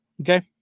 Okay